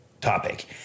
topic